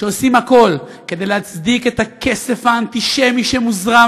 שעושים הכול כדי להצדיק את הכסף האנטישמי שמוזרם